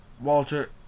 Walter